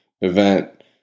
event